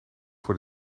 voor